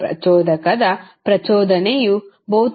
ಪ್ರಚೋದಕದ ಪ್ರಚೋದನೆಯು ಭೌತಿಕ ಆಯಾಮವನ್ನು ಅವಲಂಬಿಸಿರುತ್ತದೆ